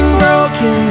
broken